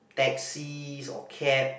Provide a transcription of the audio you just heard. taxis or cab